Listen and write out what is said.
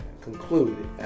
conclude